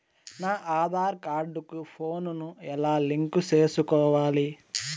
నా ఆధార్ కార్డు కు ఫోను ను ఎలా లింకు సేసుకోవాలి?